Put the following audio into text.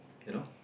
you know